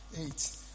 eight